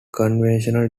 conventional